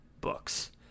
books